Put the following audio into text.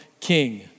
king